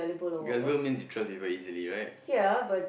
gullible means you trust people easily right